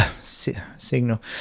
signal